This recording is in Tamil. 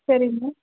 சரி மேம்